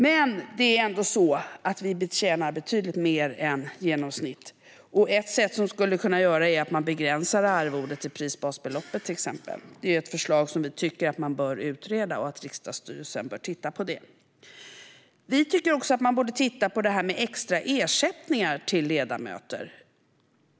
Men vi tjänar ändå betydligt mer än genomsnittet, och något vi skulle kunna göra är att begränsa arvodet till prisbasbeloppet, till exempel. Det är ett förslag som vi tycker bör utredas. Riksdagsstyrelsen bör titta på det. Vi tycker också att man borde titta på detta med extra ersättningar till ledamöter.